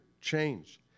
Change